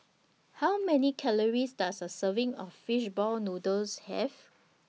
How Many Calories Does A Serving of Fish Ball Noodles Have